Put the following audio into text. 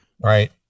Right